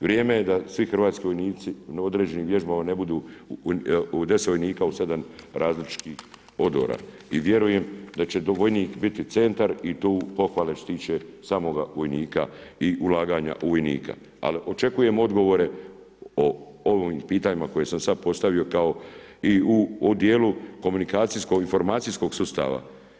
Vrijeme je da svi hrvatski vojnici na određenim vježbama ne budu 10 vojnika u 7 različitih odora i vjerujem da će vojnik biti centar i tu pohvale što se tiče samoga vojnika i ulaganja u vojnika ali očekujem odgovore o ovim pitanjima koje sam sad postavio kao i u odjelu komunikacijskog informacijskog sustava.